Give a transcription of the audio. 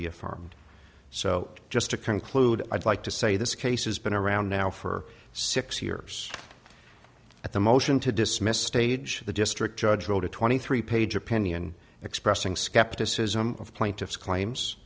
be affirmed so just to conclude i'd like to say this case has been around now for six years at the motion to dismiss stage the district judge wrote a twenty three page opinion expressing skepticism of plaintiff's claims